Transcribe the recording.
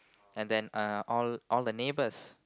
and then uh all all the neighbours